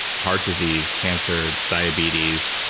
heart disease, cancer, diabetes,